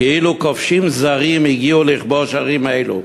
כאילו כובשים זרים הגיעו לכבוש ערים אלו.